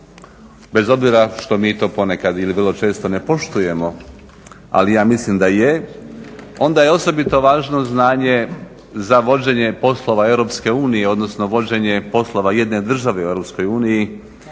bez obzira što mi to ponekad ili vrlo često ne poštujemo ali ja mislim da je, onda je osobito važno znanje za vođenje poslova EU, odnosno vođenje poslova jedne države u EU jer